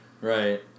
Right